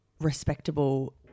respectable